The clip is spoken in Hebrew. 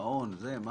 יש